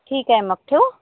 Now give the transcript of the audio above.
ठीक आहे मग ठेऊ